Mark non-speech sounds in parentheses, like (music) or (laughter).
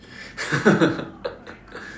(laughs)